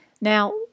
Now